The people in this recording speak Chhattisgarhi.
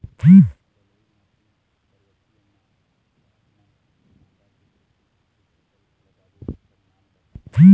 बलुई माटी पर्वतीय म ह हमन आदा के कुछू कछु फसल लगाबो ओकर नाम बताहा?